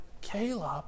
Caleb